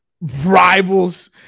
Rivals